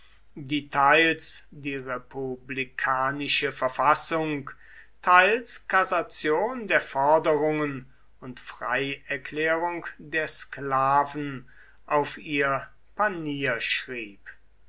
teils die republikanische verfassung teils kassation der forderungen und freierklärung der sklaven auf ihr panier schrieb